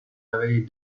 révéler